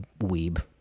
weeb